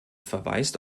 verweist